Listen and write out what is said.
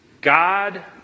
God